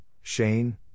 Shane